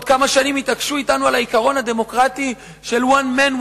עוד כמה שנים יתעקשו אתנו על הרעיון הדמוקרטי של one man,